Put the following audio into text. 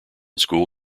school